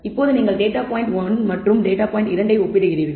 இப்போது நீங்கள் data point 1 மற்றும் டேட்டா பாயிண்ட் 2 ஐ ஒப்பிடுகிறீர்கள்